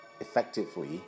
effectively